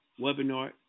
webinar